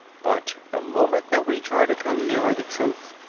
but the moment that we try to come nearer the truth,